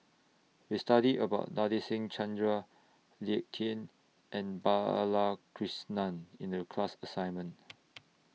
We studied about Nadasen Chandra Lee Ek Tieng and Balakrishnan in The class assignment